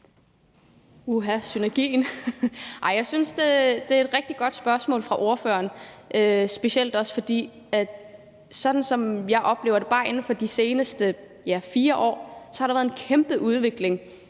jeg synes, det er et rigtig godt spørgsmål fra ordføreren, specielt også fordi, at sådan som jeg har oplevet det, bare inden for de seneste 4 år, så har der været en kæmpe udvikling